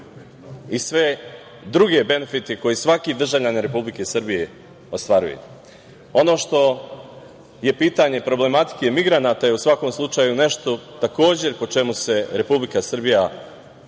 i sve druge benefite koje svaki drugi državljanin Republike Srbije ostvaruje. Ono što je pitanje problematike migranata je u svakom slučaju nešto, takođe, po čemu se Republika Srbija izdignula